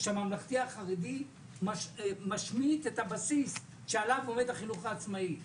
משום שהממלכתי-החרדי משמיט את הבסיס שעליו עומד החינוך העצמאי,